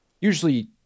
Usually